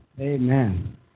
Amen